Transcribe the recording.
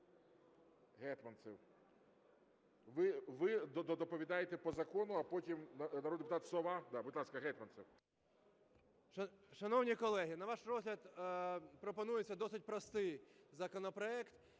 Гетманцев. Ви доповідаєте по закону, а потім народний депутат Сова. Так, будь ласка, Гетманцев. 12:46:50 ГЕТМАНЦЕВ Д.О. Шановні колеги, на ваш розгляд пропонується досить простий законопроект.